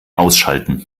ausschalten